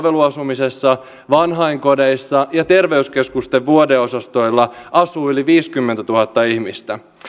palveluasumisessa vanhainkodeissa ja terveyskeskusten vuodeosastoilla asuu yli viisikymmentätuhatta ihmistä